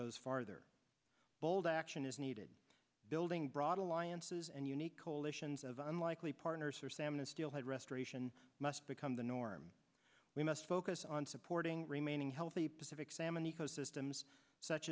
goes farther bold action is needed building broad alliances and unique coalitions of unlikely partners for salmon and steelhead restoration must become the norm we must focus on supporting remaining healthy pacific salmon ecosystems such